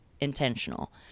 intentional